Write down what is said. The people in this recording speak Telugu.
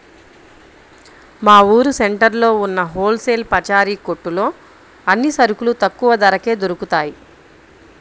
మా ఊరు సెంటర్లో ఉన్న హోల్ సేల్ పచారీ కొట్టులో అన్ని సరుకులు తక్కువ ధరకే దొరుకుతయ్